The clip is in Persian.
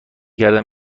کردم